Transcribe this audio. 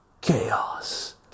chaos